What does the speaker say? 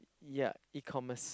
yea E-commerce